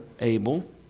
Abel